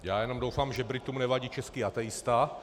Já jenom doufám, že Britům nevadí český ateista.